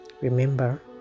Remember